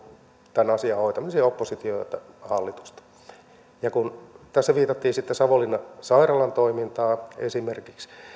tämän asian hoitamiseen oppositiota ja hallitusta kun tässä viitattiin sitten savonlinnan sairaalan toimintaan esimerkiksi